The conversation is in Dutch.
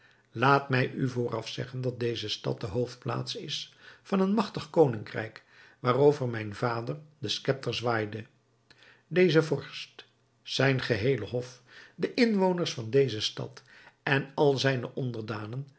laat mij u vooraf zeggen dat deze stad de hoofdplaats is van een magtig koningrijk waarover mijn vader den scepter zwaaide deze vorst zijn geheele hof de inwoners van deze stad en al zijne onderdanen